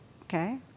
okay